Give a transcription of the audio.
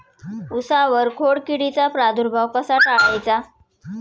उसावर खोडकिडीचा प्रादुर्भाव कसा टाळायचा?